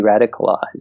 radicalized